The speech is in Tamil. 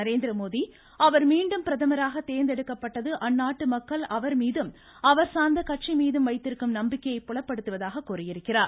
நரேந்திரமோடி அவர் மீண்டும் பிரதமராக தேர்ந்தெடுக்கப்பட்டது அந்நாட்டு மக்கள் அவர் மீதும் அவர் சார்ந்த கட்சி மீதும் வைத்திருக்கும் நம்பிக்கையை புலப்படுத்துவதாக கூறியுள்ளார்